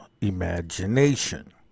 imagination